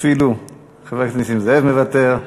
אפילו חבר הכנסת נסים זאב מוותר.